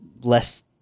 less